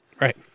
Right